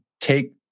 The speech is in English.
take